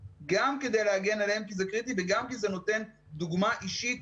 יודעים גם מי יגיע ומי יגיע ראשון לישראל,